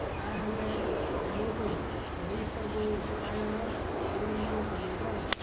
ତା'ହେଲେ ଆମକୁ ଏହି ସବୁ ଉପାୟ କରିବାକୁ ପଡ଼ିବ